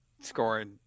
scoring